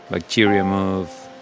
bacteria move.